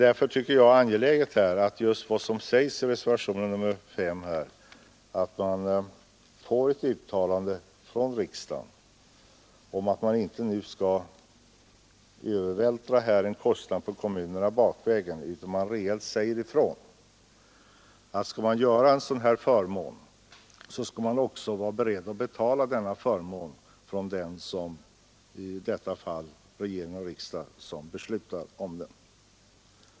Därför tycker jag att det är väsentligt att — som det föreslås i reservationen 5 — få ett uttalande från riksdagen om att kostnaderna inte bakvägen skall övervältras på kommunerna. Man bör rejält säga ifrån, att skall en sådan här förmån införas, skall också de som beslutat om den vara beredda att betala den, och det är i detta fall regering och riksdag.